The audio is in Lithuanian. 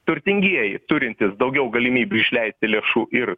turtingieji turintys daugiau galimybių išleisti lėšų ir